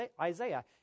Isaiah